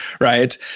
Right